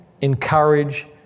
encourage